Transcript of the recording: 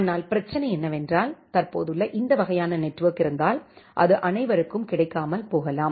ஆனால் பிரச்சனை என்னவென்றால் தற்போதுள்ள இந்த வகையான நெட்வொர்க் இருந்தால் அது அனைவருக்கும் கிடைக்காமல் போகலாம்